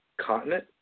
continent